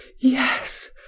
yes